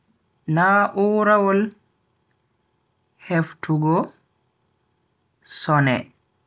Na'urawol heftugo sone.